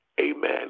Amen